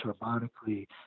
harmonically